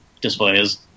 displays